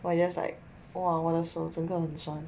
我 just like !wah! 我的手整个很酸